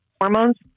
hormones